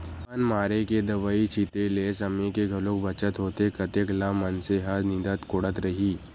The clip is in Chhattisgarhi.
बन मारे के दवई छिते ले समे के घलोक बचत होथे कतेक ल मनसे ह निंदत कोड़त रइही